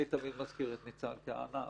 אני תמיד מזכיר את ניצן כהנא,